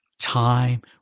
time